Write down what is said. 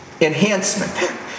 enhancement